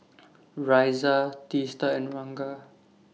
Razia Teesta and Ranga